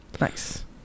nice